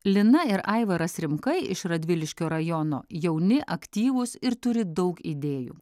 lina ir aivaras rimkai iš radviliškio rajono jauni aktyvūs ir turi daug idėjų